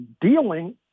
dealing